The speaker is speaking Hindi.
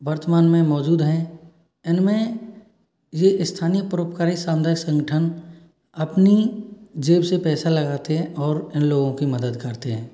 वर्तमान में मौजूद है इनमें ये स्थानीय परोपकारी समुदायिक संगठन अपनी जेब से पैसा लगाते हैं और इन लोगों की मदद करते हैं